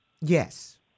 Yes